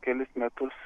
kelis metus